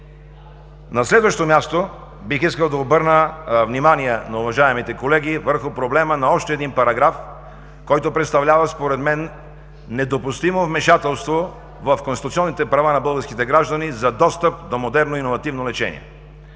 На следващо място, бих искал да обърна внимание на уважаемите колеги върху проблема на още един параграф, който представлява според мен недопустимо вмешателство в конституционните права на българските граждани за достъп до модерно иновативно лечение.